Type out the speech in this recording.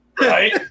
right